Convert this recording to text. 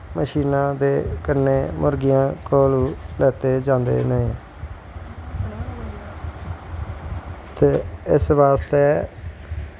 मशीनां दे कन्नैं मुर्गियां दे कोला दा लैत्ते जंदे नै ते इस बास्तै